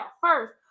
first